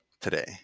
today